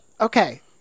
Okay